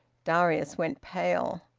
darius went pale.